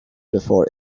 before